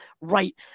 right